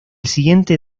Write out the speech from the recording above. siguiente